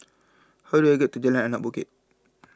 how do I get to Jalan Anak Bukit